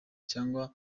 cyangwa